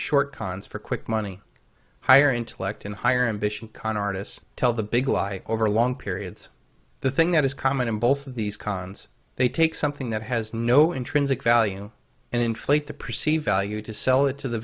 short cons for quick money hire intellect and higher ambitions con artists tell the big lie over long periods the thing that is common in both of these cons they take something that has no intrinsic value and inflate the perceived value to sell it to the